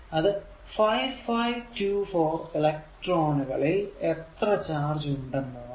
അത് 5524 എലെക്ട്രോണുകളിൽ എത്ര ചാർജ് ഉണ്ട് എന്നതാണ്